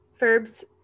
Ferb's